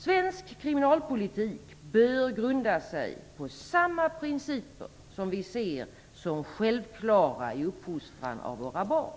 Svensk kriminalpolitik bör grunda sig på samma principer som vi ser som självklara i uppfostran av våra barn.